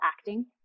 acting